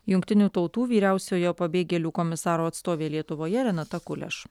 jungtinių tautų vyriausiojo pabėgėlių komisaro atstovė lietuvoje renata kuleš